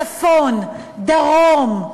צפון, דרום,